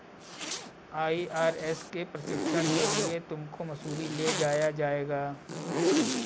IRS के प्रशिक्षण के लिए तुमको मसूरी ले जाया जाएगा